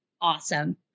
awesome